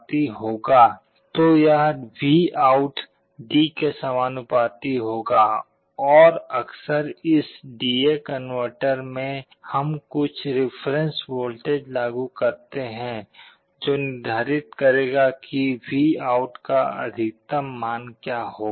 तो यह VOUT D के समानुपाती होगा और अक्सर इस डी ए कनवर्टर में हम कुछ रिफरेन्स वोल्टेज लागू करते हैं जो निर्धारित करेगा कि VOUT का अधिकतम मान क्या होगा